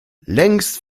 längst